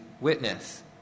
witness